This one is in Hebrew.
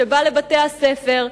שבא לבתי-הספר,